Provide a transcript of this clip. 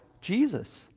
jesus